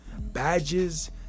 badges